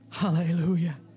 Hallelujah